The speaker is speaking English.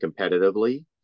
competitively